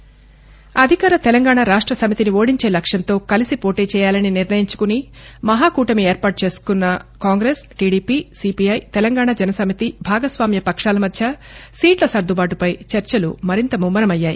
desk మహాకూటమి అధికార తెలంగాణ రాష్ట్ర సమితిని ఓడించే లక్ష్యంతో కలిసి పోటీచేయాలని నిర్ణయించుకుని మహాకూటమి ఏర్పాటు చేసుకున్న Congress TDP CPI Telangana Jana Samithi భాగస్వామ్య పక్షాల మధ్య సీట్ల సర్దుబాటుపై చర్చలు మరింత ముమ్మరమయ్యాయి